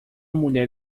mulher